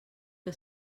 que